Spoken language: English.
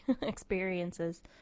experiences